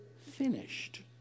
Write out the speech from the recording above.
finished